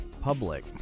Public